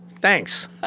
thanks